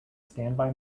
standby